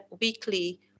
weekly